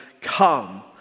come